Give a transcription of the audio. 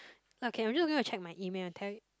okay I'm just gonna check my email I tell you